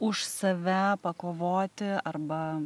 už save pakovoti arba